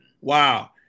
Wow